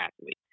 athlete